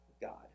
God